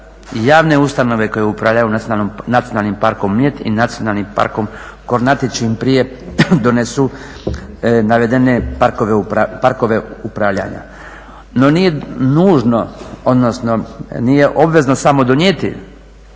javne ustanove koje upravljaju Nacionalnim parkom Mljet i Nacionalnim parkom Kornati čim prije donesu navedene parkove upravljanja. No nije nužno, odnosno nije